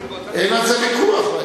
אין על זה ויכוח.